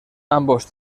ambos